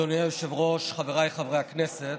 אדוני היושב-ראש, חבריי חברי הכנסת,